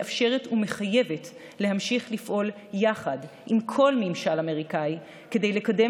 היא מאפשרת ומחייבת להמשיך לפעול יחד עם כל ממשל אמריקני ולקדם